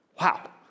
Wow